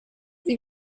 wie